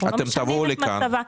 אנחנו לא משנים את מצבה.